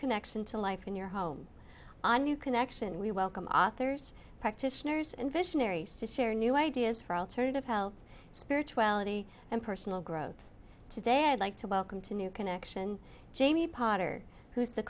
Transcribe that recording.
connection to life in your home a new connection we welcome authors practitioners and visionaries to share new ideas for alternative health spirituality and personal growth today i'd like to welcome to new connection jamie potter who's the